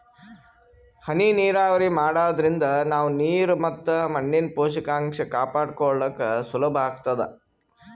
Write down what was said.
ಹನಿ ನೀರಾವರಿ ಮಾಡಾದ್ರಿಂದ ನಾವ್ ನೀರ್ ಮತ್ ಮಣ್ಣಿನ್ ಪೋಷಕಾಂಷ ಕಾಪಾಡ್ಕೋಳಕ್ ಸುಲಭ್ ಆಗ್ತದಾ